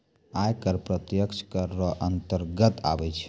आय कर प्रत्यक्ष कर रो अंतर्गत आबै छै